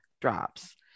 drops